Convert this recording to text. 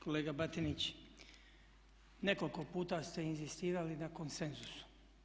Kolega Batinić, nekoliko puta ste inzistirali na konsenzusu.